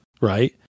right